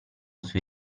sui